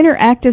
interactive